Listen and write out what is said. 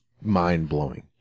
mind-blowing